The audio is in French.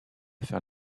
faire